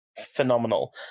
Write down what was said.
phenomenal